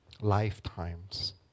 lifetimes